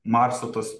marso tos